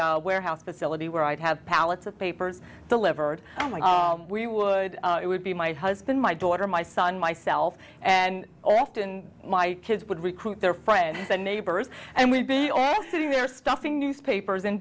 a warehouse facility where i'd have pallets of papers delivered and we would it would be my husband my daughter my son myself and often my kids would recruit their friends and neighbors and we'd been sitting there stuffing newspapers in